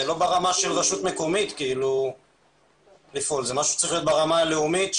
זה לא ברמה של רשות מקומית לפעול אלא זה צריך להיות ברמה הלאומית,